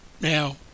now